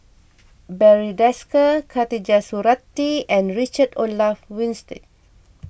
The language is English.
Barry Desker Khatijah Surattee and Richard Olaf Winstedt